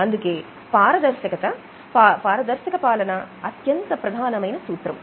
అందుకే పారదర్శక పాలన అత్యంత ప్రధానమైన సూత్రం